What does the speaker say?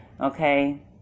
Okay